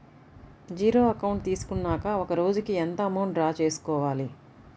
Zero account తీసుకున్నాక ఒక రోజుకి ఎంత అమౌంట్ డ్రా చేసుకోవాలి?